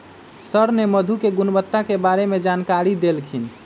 sir ने मधु के गुणवत्ता के बारे में जानकारी देल खिन